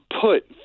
put